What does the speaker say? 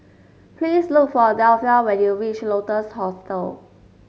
please look for Delphia when you reach Lotus Hostel